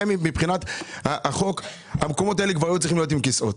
הרי מבחינת החוק המקומות האלה כבר היו צריכים להיות עם כיסאות